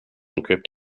encrypt